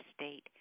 state